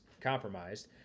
compromised